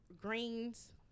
greens